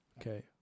Okay